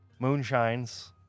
moonshines